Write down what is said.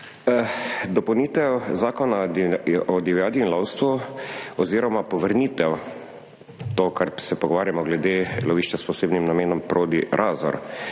Dopolnitev Zakona o divjadi in lovstvu oziroma povrnitev, to, kar se pogovarjamo glede lovišča s posebnim namenom Prodi Razor,